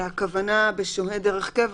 הכוונה ב"שוהה דרך קבע",